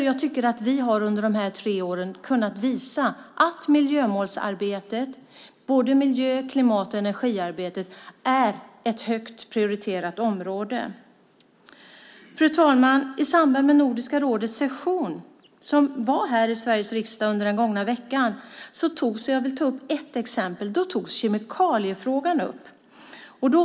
Jag tycker att vi under de här tre åren har kunnat visa att miljömålsarbetet, både miljö-, klimat och energiarbetet, är ett högt prioriterat område. Fru talman! Nordiska rådets session hölls här i riksdagen under den gångna veckan, och jag vill som exempel nämna att kemikaliefrågan togs upp.